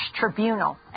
Tribunal